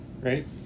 right